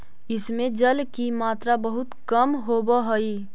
इस में जल की मात्रा बहुत कम होवअ हई